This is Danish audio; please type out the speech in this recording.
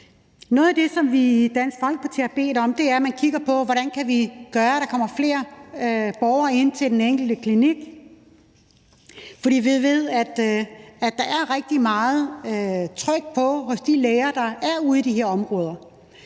Noget af det, som vi i Dansk Folkeparti har bedt om, er, at man kigger på, hvordan vi kan sørge for, at der kommer flere borgere ind på den enkelte klinik, for vi ved, at der er rigtig meget tryk på hos de læger, der er ude i de her områder.